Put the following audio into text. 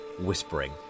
whispering